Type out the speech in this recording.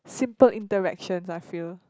simple interactions I feel